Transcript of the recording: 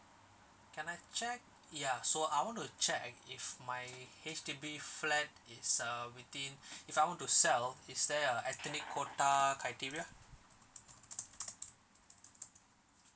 can I check ya so I want to check if my H_D_B flat is uh within if I want to sell is there a ethnic quota criteria